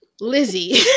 Lizzie